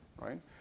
right